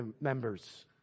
members